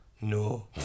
No